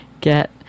get